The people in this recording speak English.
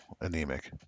anemic